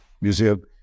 museum